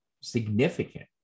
significant